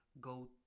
Go